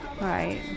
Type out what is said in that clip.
Right